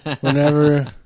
whenever